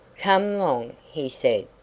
come long, he said,